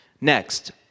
Next